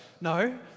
No